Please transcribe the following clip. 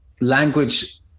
language